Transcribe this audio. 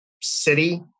city